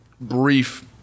brief